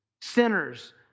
sinners